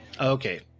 Okay